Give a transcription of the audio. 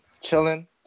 chilling